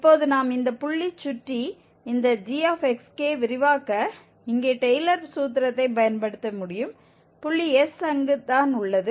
இப்போது நாம் இந்த புள்ளி சுற்றி இந்த g விரிவாக்க இங்கே டெய்லர் சூத்திரத்தை பயன்படுத்த முடியும் புள்ளி s அங்கு தான் உள்ளது